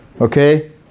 Okay